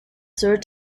sir